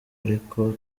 ariko